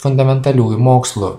fundamentaliųjų mokslų